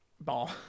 ball